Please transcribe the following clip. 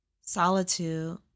Solitude